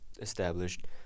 established